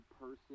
person